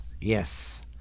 yes